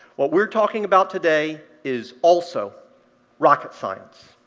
what we're talking about today is also rocket science.